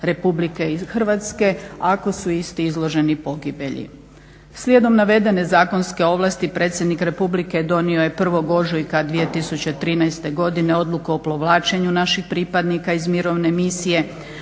Republike Hrvatske ako su isti izloženi pogibelji. Slijedom navedene zakonske ovlasti predsjednik Republike donio je 1. ožujka 2013. godine Odluku o povlačenju naših pripadnika iz mirovne misije,